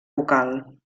vocal